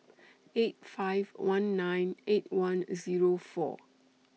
eight five one nine eight one Zero four